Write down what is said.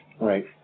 Right